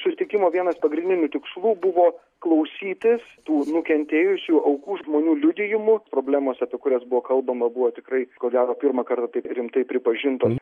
susitikimo vienas pagrindinių tikslų buvo klausytis tų nukentėjusių aukų žmonių liudijimų problemos apie kurias buvo kalbama buvo tikrai ko gero pirmą kartą taip rimtai pripažintom